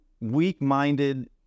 weak-minded